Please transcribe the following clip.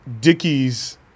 Dickies